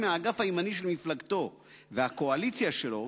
מהאגף הימני של מפלגתו והקואליציה שלו,